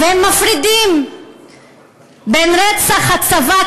והם מפרידים בין רצח הצבא,